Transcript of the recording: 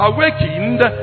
Awakened